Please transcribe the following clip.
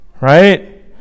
right